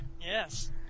Yes